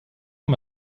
mal